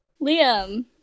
Liam